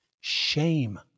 shame